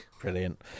brilliant